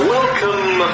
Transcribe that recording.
Welcome